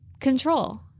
Control